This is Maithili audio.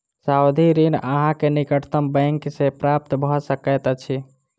सावधि ऋण अहाँ के निकटतम बैंक सॅ प्राप्त भ सकैत अछि